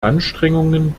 anstrengungen